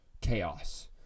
chaos